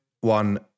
one